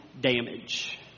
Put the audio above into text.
damage